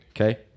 Okay